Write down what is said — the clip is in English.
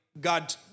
God